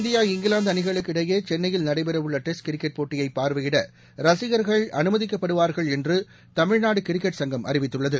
India இங்கிலாந்துஅணிகளுக்கிடையேசென்னையில் நடைபெறஉள்ளடெஸ்ட் cricket போட்டியைபாள்வையிடரசிகள்கள் அனுமதிக்கப்படுவார்கள் என்றுதமிழ்நாடுகிரிக்கெட் சங்கம் அறிவித்துள்ளது